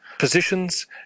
positions